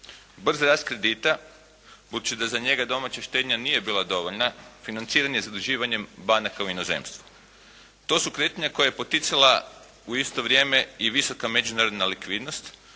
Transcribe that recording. Brzi rast kredita, budući da za njega domaća štednja nije bila dovoljna, financiranje zaduživanjem banaka u inozemstvu. To su kretanja koja je poticala u isto vrijeme i visoka međunarodna likvidnost